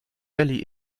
valley